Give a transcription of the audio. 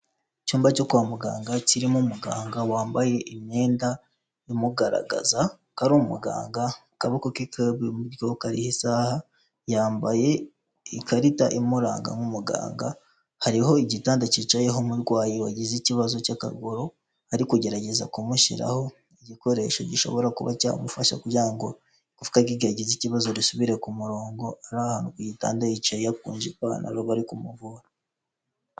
Icyumba cyo kwa muganga kirimo umuganga wambaye imyenda imugaragaza ko ari umuganga, akaboko k'iburyo kariho isaha; yambaye ikarita imuranga nk'umuganga. Hariyo igitanda cyicayeho umurwayi wagize ikibazo cy'akaguru, aragerageza kumushyiraho igikoresho gishobora kuba cyamufasha kugira ngo igufa ryagize ikibazo risubire ku murongo, ari ahantu ku gitanda yicaye yakunje ipantaro bari kumuvura.